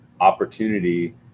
opportunity